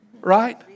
right